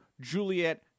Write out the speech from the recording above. Juliet